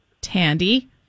Tandy